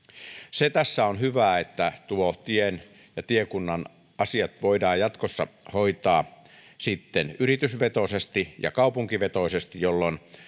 se tässä on hyvää että tien ja tiekunnan asiat voidaan sitten jatkossa hoitaa yritysvetoisesti ja kaupunkivetoisesti jolloin